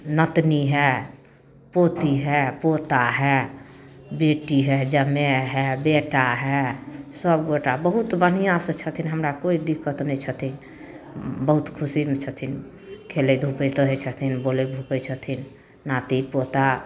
नतिनी हइ पोती हइ पोता हइ बेटी हइ जमाइ हइ बेटा हइ सभगोटा बहुत बढ़िआँसँ छथिन हमरा कोइ दिक्कत नहि छथिन बहुत खुशीमे छथिन खेलैत धुपैत रहै छथिन बोलै भुकै छथिन नाति पोता